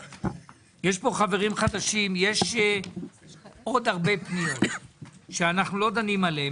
יש עוד הרבה פניות שאנו לא דנים בהן,